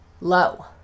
low